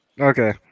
Okay